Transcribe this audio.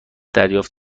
دریافت